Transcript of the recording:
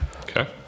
Okay